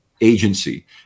agency